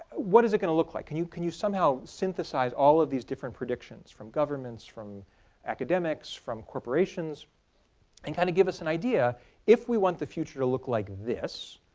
what is it going to look like? can you can you somehow synthesize all these different predictions from governments, from academics, from corporations and kind of give us an idea if we want the future to look like this,